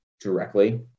directly